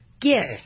gift